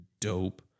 dope